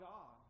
God